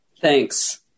thanks